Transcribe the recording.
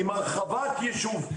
עם הרחבת יישוב,